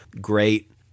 great